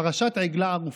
פרשת עגלה ערופה.